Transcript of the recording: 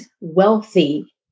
wealthy